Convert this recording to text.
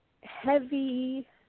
heavy